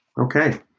Okay